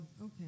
okay